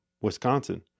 Wisconsin